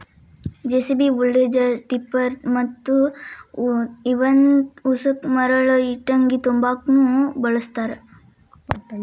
JCB, bulldozer, tipper ಮತ್ತ ಇವನ್ ಉಸಕ ಮರಳ ಇಟ್ಟಂಗಿ ತುಂಬಾಕುನು ಬಳಸ್ತಾರ